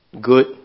good